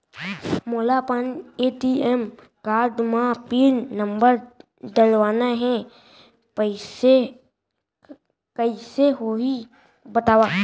मोला अपन ATM card म पिन नंबर डलवाना हे कइसे होही बतावव?